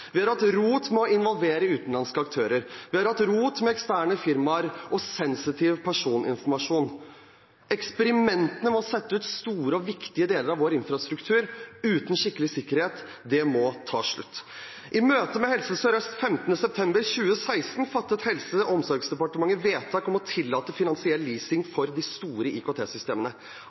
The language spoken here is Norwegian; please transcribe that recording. Vi har hatt rot med å involvere utenlandske aktører. Vi har hatt rot med eksterne firmaer og sensitiv personinformasjon. Eksperimentene med å sette ut store og viktige deler av vår infrastruktur uten skikkelig sikkerhet må ta slutt. I møte med Helse Sør-Øst 15. september 2016 fattet Helse- og omsorgsdepartementet vedtak om å tillate finansiell leasing for de store